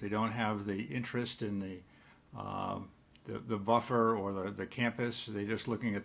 they don't have the interest in the the buffer or the campus they just looking at the